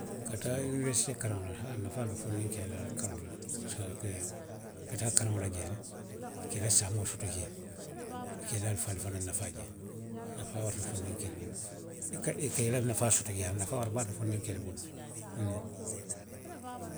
Ka taa univerisitee karaŋo la, a nafaa be fondinkeelu la karoo la le parisiko a ke, ka taa karaŋo la jee. I ka i la saamoo soto jee le. I ka i la alifaalu fanaŋ nafaa jee. A nafaa warata fondinkeelu bulu. I ka, i ka i la nafaa soto jee, a nafaa warata baake fondinkeelu bulu huŋ.